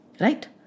right